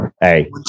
Hey